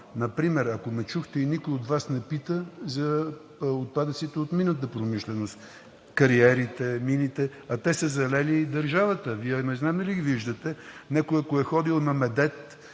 Например, ако ме чухте и никой от Вас не пита, за отпадъците от минната промишленост – кариерите, мините, а те са залели държавата. Вие не знам дали ги виждате. Ако някой е ходил на „Медет“,